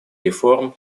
реформ